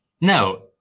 no